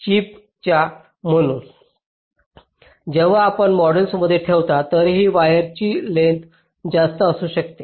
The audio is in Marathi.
चिप च्या म्हणून जेव्हा आपण मिडल्समध्ये ठेवता तरीही वायर्सची लेंग्थस जास्त असू शकते